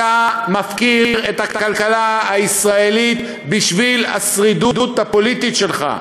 כי אתה מפקיר את הכלכלה הישראלית בשביל השרידות הפוליטית שלך.